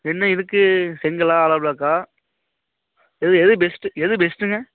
என்ன இதுக்கு செங்கலா ஆலோ பிளோக்கா எது எது பெஸ்ட்டு எது பெஸ்ட்டுங்க